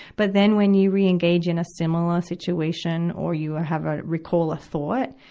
but then, when you re-engage in a similar situation, or you and have a, recall a thought,